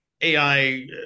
AI